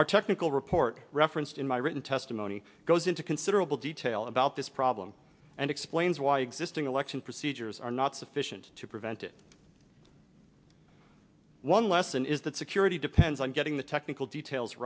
our technical report referenced in my written testimony goes into considerable detail about this problem and explains why existing election procedures are not sufficient to prevent it one lesson is that security depends on getting the technical details